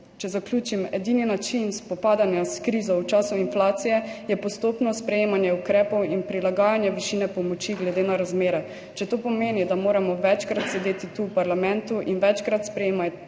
Če zaključim. Edini način spopadanja s krizo v času inflacije je postopno sprejemanje ukrepov in prilagajanje višine pomoči glede na razmere. Če to pomeni, da moramo večkrat sedeti tu v parlamentu in večkrat sprejemati